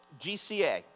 GCA